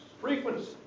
Frequency